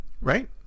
right